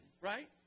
Right